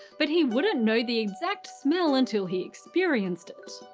but he wouldn't know the exact smell until he experienced it.